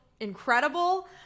incredible